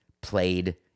played